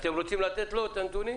האם אתם רוצים לתת לו את הנתונים?